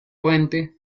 puente